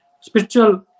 spiritual